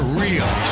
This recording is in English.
real